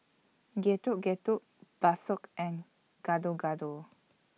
Getuk Getuk Bakso and Gado Gado